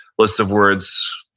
lists of words.